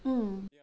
mm